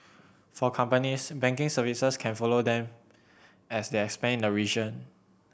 for companies banking services can follow them as they expand in the region